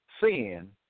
Sin